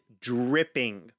dripping